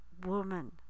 woman